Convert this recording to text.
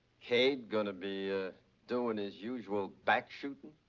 cade gonna be doing his usual backshooting?